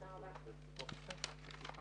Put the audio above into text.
הישיבה